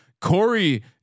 Corey